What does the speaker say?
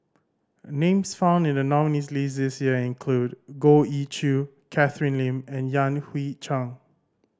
names found in the nominees' list this year include Goh Ee Choo Catherine Lim and Yan Hui Chang